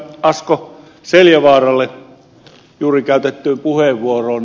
asko seljavaaralle juuri käytettyyn puheenvuoroon